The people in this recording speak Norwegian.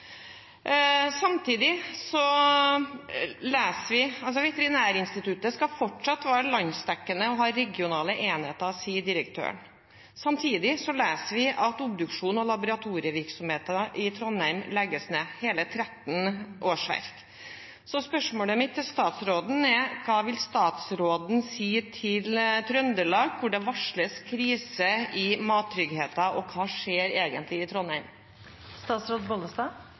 Veterinærinstituttet skal fortsatt være landsdekkende og ha regionale enheter, sier direktøren. Samtidig leser vi at obduksjons- og laboratorievirksomheten i Trondheim legges ned – hele 13 årsverk. Spørsmålet mitt til statsråden er: Hva vil hun si til Trøndelag, hvor det varsles krise i mattryggheten? Hva skjer egentlig i